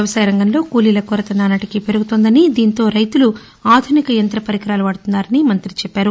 వ్యవసాయరంగంలో కూలీల కొరత నానాటికీ పెరుగుతోందని దీంతో రైతులు ఆధునిక యంత్ర పరికరాలను వాడుతున్నారని మంతి చెప్పారు